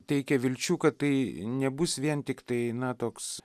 teikia vilčių kad tai nebus vien tiktai na toks